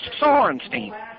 Sorenstein